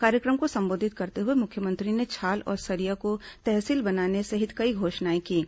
कार्यक्रम को संबोधित करते हुए मुख्यमंत्री ने छाल और सरिया को तहसील बनाने सहित कई घोषणाएं कीं